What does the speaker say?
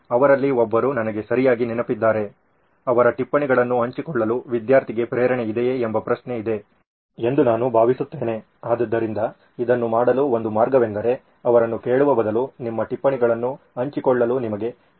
ಅವರಲ್ಲಿ ಒಬ್ಬರು ನನಗೆ ಸರಿಯಾಗಿ ನೆನಪಿದ್ದರೆ ಅವರ ಟಿಪ್ಪಣಿಗಳನ್ನು ಹಂಚಿಕೊಳ್ಳಲು ವಿದ್ಯಾರ್ಥಿಗೆ ಪ್ರೇರಣೆ ಇದೆಯೇ ಎಂಬ ಪ್ರಶ್ನೆ ಇದೆ ಎಂದು ನಾನು ಭಾವಿಸುತ್ತೇನೆ ಆದ್ದರಿಂದ ಇದನ್ನು ಮಾಡಲು ಒಂದು ಮಾರ್ಗವೆಂದರೆ ಅವರನ್ನು ಕೇಳುವ ಬದಲು ನಿಮ್ಮ ಟಿಪ್ಪಣಿಗಳನ್ನು ಹಂಚಿಕೊಳ್ಳಲು ನಿಮಗೆ ಪ್ರೇರಣೆ ಇದೆಯೇ